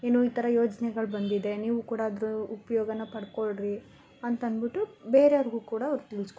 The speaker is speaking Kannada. ಏನು ಈ ಥರ ಯೋಜ್ನೆಗಳು ಬಂದಿದೆ ನೀವು ಕೂಡ ಅದರ ಉಪಯೋಗನ ಪಡ್ಕೊಳ್ರಿ ಅಂತನ್ಬಿಟ್ಟು ಬೇರೆಯವ್ರಿಗು ಕೂಡ ಅವರು ತಿಳಿಸ್ಕೊಡ್ತರೆ